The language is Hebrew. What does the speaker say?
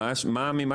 אומר